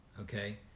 okay